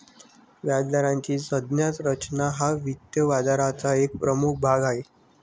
व्याजदराची संज्ञा रचना हा वित्त बाजाराचा एक प्रमुख भाग आहे